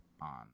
on